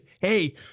Hey